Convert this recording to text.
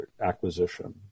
acquisition